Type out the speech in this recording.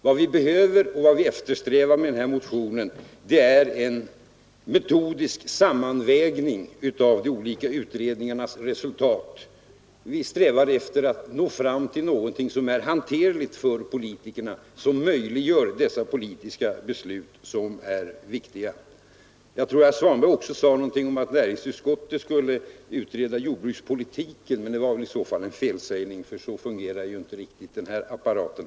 Vad vi behöver och vad vi eftersträvar med den här motionen är en metodisk sammanvägning av de olika utredningarnas resultat. Vi menar att vi måste åstadkomma något som är hanterligt för politikerna, något som möjliggör dessa politiska beslut som är viktiga och ofrånkomliga. Jag tror att herr Svanberg också sade någonting om att näringsutskottet skulle initiera en utredning om jordbrukspolitiken, men det var väl i så fall en felsägning, för på det sättet fungerar ju inte utskottsapparaten.